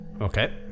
Okay